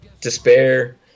despair